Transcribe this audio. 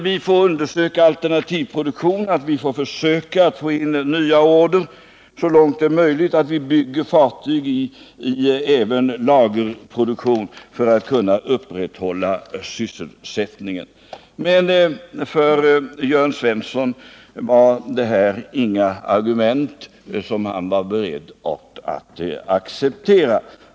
Vi får undersöka möjligheterna till alternativ produktion. Vi får försöka få in nya order så långt det är möjligt. Vi får bygga fartyg i lagerproduktion för att kunna upprätthålla sysselsättningen. Men för Jörn Svensson var det här inga argument som han var beredd att acceptera.